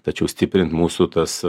tačiau stiprint mūsų tas